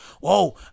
whoa